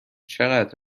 چقدر